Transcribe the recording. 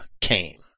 came